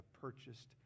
purchased